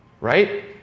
right